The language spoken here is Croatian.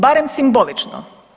Barem simbolično.